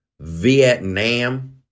Vietnam